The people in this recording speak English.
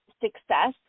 success